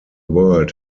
world